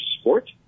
sport